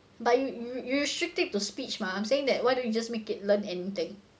but you you you shoot it to speech mah I'm saying that why don't you just make it learn anything